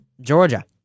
Georgia